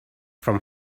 from